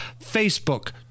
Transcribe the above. Facebook